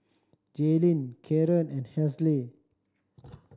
Jaylin Karon and Hazle